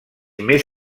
més